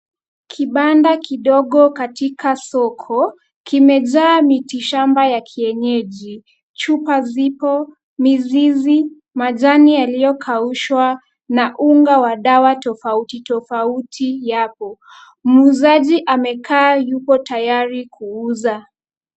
Kibanda kidogo katika soko, kimejaa miti shamba ya kienyeji. Chupa zipo, mizizi, majani yaliyokaushwa na unga wa dawa tofauti tofauti yapo. Muuzaji amekaa yuko tayari kuuza.